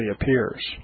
appears